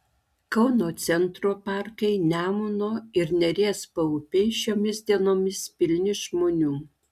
kauno centro parkai nemuno ir neries paupiai šiomis dienomis pilni žmonių